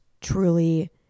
truly